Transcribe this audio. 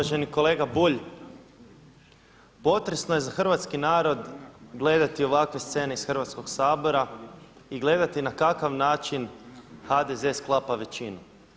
Uvaženi kolega Bulj, potresno je za hrvatski narod gledati ovakve scene iz Hrvatskog sabora i gledati na kakav način HDZ sklapa većinu.